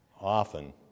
often